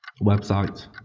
Website